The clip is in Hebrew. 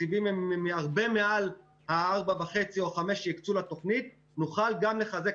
התקציבים הם רבה מעל 4.5 או 5 מיליארד שהקצו לתוכנית נוכל גם לחזק,